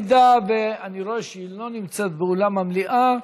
ואני רואה שהיא לא נמצאת באולם המליאה,